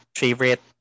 favorite